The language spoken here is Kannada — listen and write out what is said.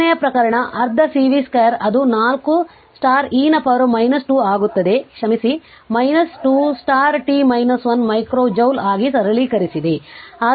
ಮೂರನೇ ಪ್ರಕರಣ ಅರ್ಧ C v2 ಅದು 4 e ನ ಪವರ್ 2 ಆಗುತ್ತದೆ ಕ್ಷಮಿಸಿ 2 t 1 ಮೈಕ್ರೋ ಜೌಲ್ ಆಗಿ ಸರಳೀಕರಿಸಿದೆ